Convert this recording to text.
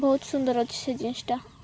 ବହୁତ ସୁନ୍ଦର ଅଛି ସେ ଜିନ୍ସଟା